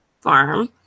farm